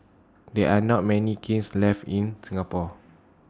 there are not many kilns left in Singapore